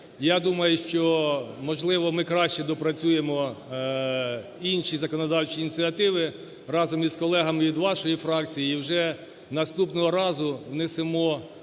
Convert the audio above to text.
я думаю, що, можливо, ми краще допрацюємо інші законодавчі ініціативи разом із колегами від вашої фракції. І вже наступного разу внесемо